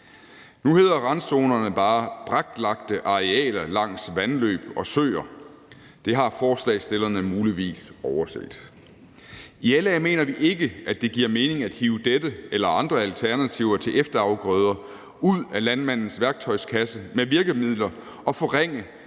Nu hedder randzonerne bare braklagte arealer langs vandløb og søer. Det har forslagsstillerne muligvis overset. I LA mener vi ikke, at det giver mening at hive dette eller andre alternativer til efterafgrøder ud af landmandens værktøjskasse med virkemidler og forringe